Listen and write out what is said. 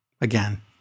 again